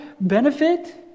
benefit